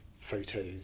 photos